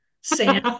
Sam